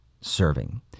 serving